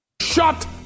Shut